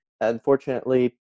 Unfortunately